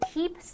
Keep